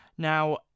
Now